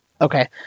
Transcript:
Okay